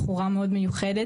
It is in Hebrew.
בחורה מאוד מיוחדת,